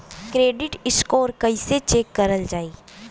Credit score कइसे check करल जायी?